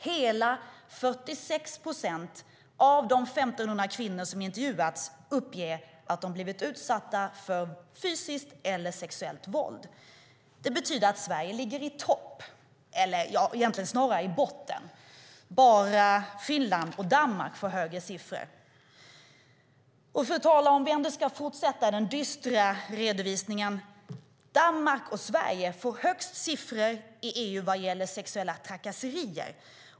Hela 46 procent av de 1 500 kvinnor som intervjuats uppger att de blivit utsatta för fysiskt eller sexuellt våld. Det betyder att Sverige ligger i topp, eller snarare i botten. Bara Finland och Danmark får högre siffror. Vi kan fortsätta med den dystra redovisningen. Danmark och Sverige får högst siffror i EU vad gäller sexuella trakasserier.